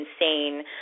insane